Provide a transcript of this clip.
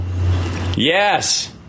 Yes